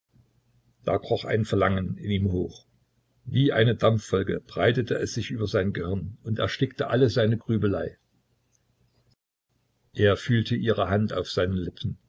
da kroch ein verlangen in ihm hoch wie eine dampfwolke breitete es sich über sein gehirn und erstickte alle seine grübelei er fühlte ihre hand auf seinen lippen